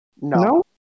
No